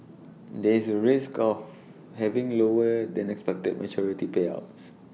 there is A risk of having lower than expected maturity payouts